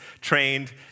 trained